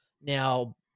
Now